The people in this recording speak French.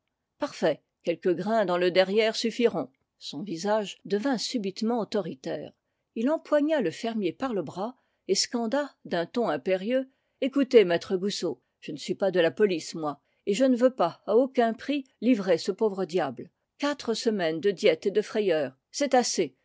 parfait quelques grains dans le derrière suffiront son visage devint subitement autoritaire il empoigna le fermier par le bras et scanda d'un ton impérieux écoutez maître goussot je ne suis pas de la police moi et je ne veux pas à aucun prix livrer ce pauvre diable quatre semaines de diète et de frayeur c'est assez